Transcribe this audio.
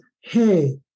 hey